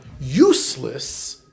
useless